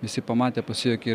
visi pamatė pasijuokė